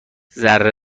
ذره